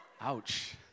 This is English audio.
Ouch